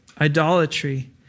Idolatry